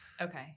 Okay